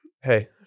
Hey